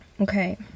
Okay